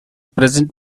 present